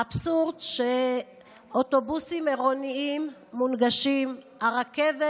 האבסורד הוא שאוטובוסים עירוניים מונגשים, הרכבת